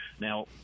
Now